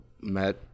met